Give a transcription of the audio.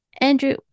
Andrew